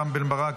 רם בן ברק,